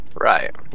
Right